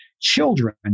children